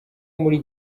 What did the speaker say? muri